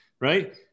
right